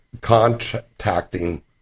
contacting